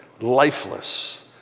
lifeless